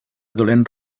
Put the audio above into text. dolent